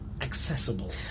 accessible